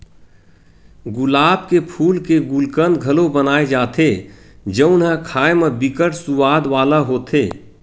गुलाब के फूल के गुलकंद घलो बनाए जाथे जउन ह खाए म बिकट सुवाद वाला होथे